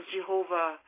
Jehovah